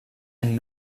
and